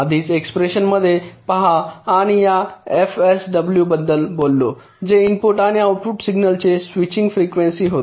आधीच्या एक्सप्रेशन मध्ये पहा आम्ही या एफएसडब्ल्यू बद्दल बोललो जे इनपुट किंवा आउटपुट सिग्नलचे स्विचिंग फ्रिकवेंसी होते